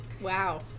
Wow